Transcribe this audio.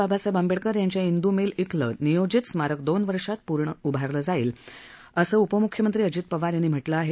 बाबासाहेब आंबेडकर यांच्या द्रे मिल अलं नियोजित स्मारक दोन वर्षांत पूर्ण उभारलं जाईल असं उपमुख्यमंत्री अजित पवार यांनी म्हटलं आहे